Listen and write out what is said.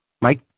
Mike